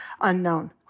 unknown